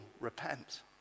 repent